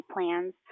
plans